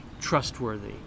trustworthy